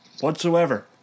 whatsoever